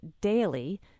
daily